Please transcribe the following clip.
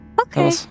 Okay